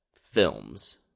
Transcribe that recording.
films